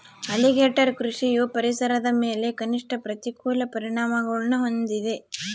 alligator ಕೃಷಿಯು ಪರಿಸರದ ಮೇಲೆ ಕನಿಷ್ಠ ಪ್ರತಿಕೂಲ ಪರಿಣಾಮಗುಳ್ನ ಹೊಂದಿದೆ